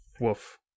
Woof